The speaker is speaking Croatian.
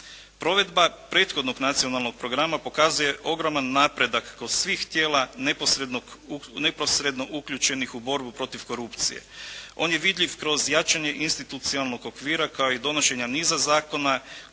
Provedba prethodnog nacionalnog programa pokazuje ogroman napredak kod svih tijela neposredno uključenih u borbu protiv korupcije. On je vidljiv kroz jačanje institucionalnog okvira kao i donošenja niza zakona